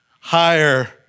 higher